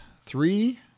Three